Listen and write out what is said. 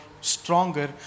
stronger